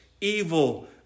evil